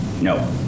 no